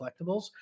collectibles